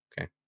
Okay